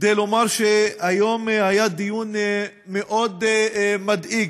כדי לומר שהיום היה דיון מאוד מדאיג,